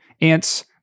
Ants